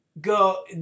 go